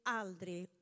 aldrig